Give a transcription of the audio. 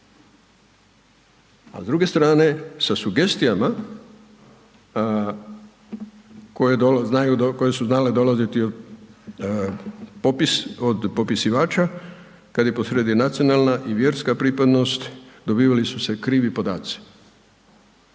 A s druge strane sa sugestijama koje su znale dolaziti od popisivača kada je posrijedi nacionalna i vjerska pripadnost dobivali su se krivi podaci.